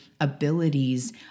abilities